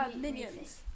Minions